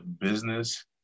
business